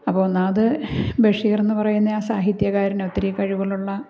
അപ്പോൾ ഒന്നാമത് ബഷീർ എന്ന് പറയുന്ന ആ സാഹിത്യകാരൻ ഒത്തിരി കഴിവുകളുള്ള